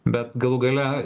bet galų gale